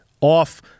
off